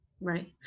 Right